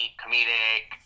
comedic